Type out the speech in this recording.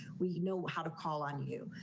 we know how to call on you.